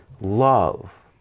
love